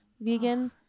vegan